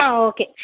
ஆ okay